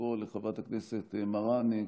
לקרוא לחברת הכנסת מראענה,